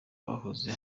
bahoze